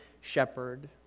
shepherd